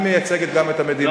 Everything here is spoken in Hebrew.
היא מייצגת גם את המדינה.